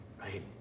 right